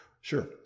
Sure